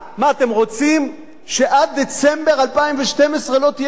אתם רוצים שעד דצמבר 2012 לא תהיה ממשלה